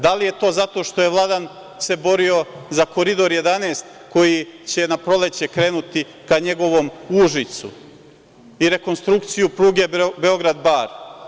Da li je to zato što se Vladan borio za Koridor 11 koji će na proleće krenuti ka njegovom Užicu i rekonstrukciju pruge Beograd – Bar?